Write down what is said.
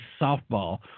softball